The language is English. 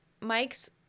Mike's